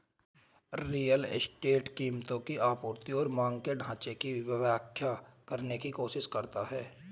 real estate कीमतों की आपूर्ति और मांग के ढाँचा की व्याख्या करने की कोशिश करता है